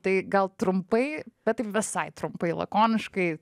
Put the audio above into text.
tai gal trumpai bet taip visai trumpai lakoniškai